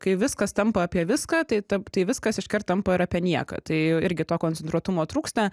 kai viskas tampa apie viską tai ta tai viskas iškart tampa ir apie nieką tai irgi to koncentruotumo trūksta